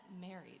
married